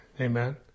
Amen